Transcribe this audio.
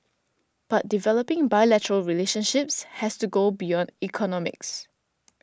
but developing bilateral relationships has to go beyond economics